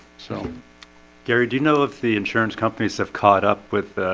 so gary. do you know if the insurance companies have caught up with?